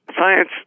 science